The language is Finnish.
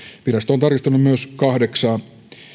virasto on tarkistanut myös kahdeksaa